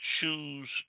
choose